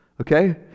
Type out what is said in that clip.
okay